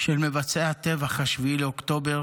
של מבצעי טבח 7 באוקטובר,